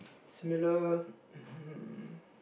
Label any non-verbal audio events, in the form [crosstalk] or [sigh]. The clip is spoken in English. similar [coughs]